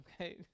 okay